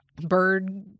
bird